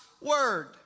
Word